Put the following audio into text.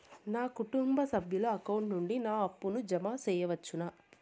నా కుటుంబ సభ్యుల అకౌంట్ నుండి నా అప్పును జామ సెయవచ్చునా?